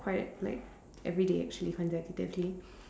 quiet like everyday actually consecutively